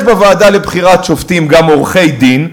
יש בוועדה לבחירת שופטים גם עורכי-דין.